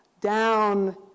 down